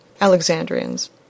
Alexandrians